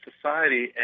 society